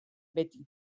beti